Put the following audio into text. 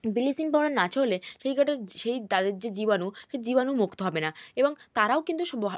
bleaching powder না ছড়ালে সেই কটা সেই তাদের যে জীবাণু সে জীবাণুমুক্ত হবে না এবং তারাও কিন্তু সবহার